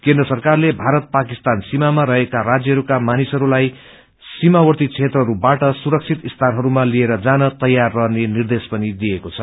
केनद्र सरकारले भारत पाकिस्तान सीमामा रहेका राज्यहरूका मानिसहरूलाई सीामावर्ती क्षेत्रहरूबाट सुरक्षित स्थाहरूमा लिएर जान तौार रहने निर्देश दिएको छ